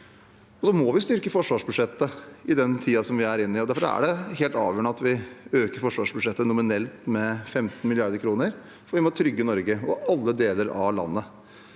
også styrke forsvarsbudsjettet i den tiden vi er inne i. Derfor er det helt avgjørende at vi øker forsvarsbudsjettet nominelt med 15 mrd. kr. Vi må trygge Norge, alle deler av landet.